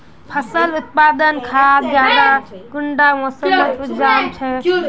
फसल उत्पादन खाद ज्यादा कुंडा मोसमोत उपजाम छै?